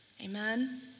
Amen